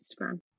Instagram